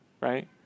right